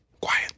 quiet